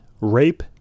Rape